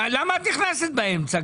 למה את נכנסת באמצע?